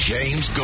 James